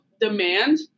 demand